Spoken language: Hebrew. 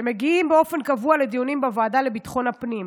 שמגיעים באופן קבוע לדיונים בוועדה לביטחון הפנים,